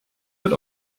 wird